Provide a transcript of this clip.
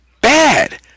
bad